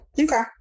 okay